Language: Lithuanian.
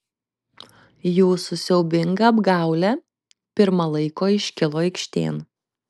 jūsų siaubinga apgaulė pirma laiko iškilo aikštėn